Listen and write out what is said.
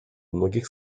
многих